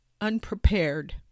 unprepared